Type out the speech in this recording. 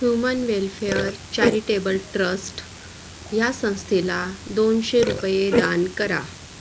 human welfare charitable trust ह्या संस्थेला दोनशे रुपये दान करा